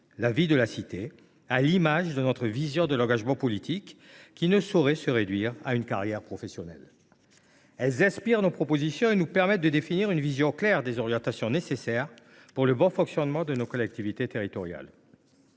la vie de la cité. Selon nous, l’engagement politique ne saurait se réduire à une carrière professionnelle. Voilà ce qui inspire nos propositions et nous permet de définir une vision claire des orientations nécessaires pour le bon fonctionnement de nos collectivités territoriales.